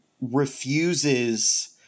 refuses